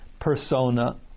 persona